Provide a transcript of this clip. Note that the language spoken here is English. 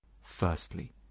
Firstly